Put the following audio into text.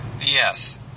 yes